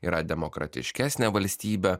yra demokratiškesnė valstybė